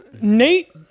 Nate